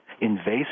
invasive